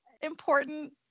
important